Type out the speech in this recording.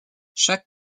chaque